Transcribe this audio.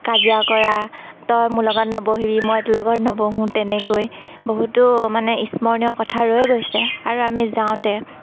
কাজিয়া কৰা তই মোৰ লগত নবহিবি মই তোৰ লগত নবহোঁ তেনেকৈ বহুতো মানে স্মৰণীয় কথা ৰৈ গৈছে আৰু আমি যাওঁতে